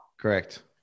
Correct